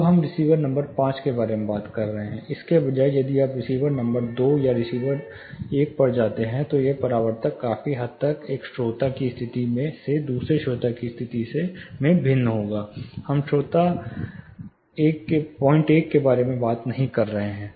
अब हम receiver number 5 के बारे में बात कर रहे हैं इसके बजाय यदि आप रिसीवर नंबर दो या रिसीवर नंबर एक पर वापस जाते हैं तो यह परावर्तक काफी हद तक एक श्रोता की स्थिति से दूसरे श्रोता की स्थिति में भिन्न होगा हम श्रोता 01 के बारे में बात नहीं कर रहे हैं